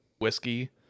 whiskey